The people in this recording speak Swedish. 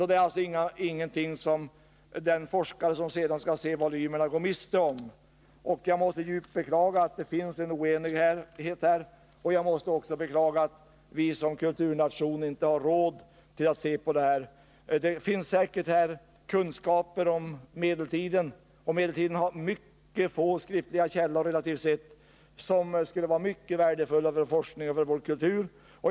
Den eller de forskare som skall studera volymerna går alltså inte miste om någonting. Jag måste djupt beklaga den oenighet som råder. Jag beklagar också att vi som kulturnation inte har råd att utföra detta arbete. Det finns säkert stora kunskaper om medeltida förhållanden, men det finns relativt sett få skriftliga källor att gå till. De som finns är mycket värdefulla för forskning och kulturändamål.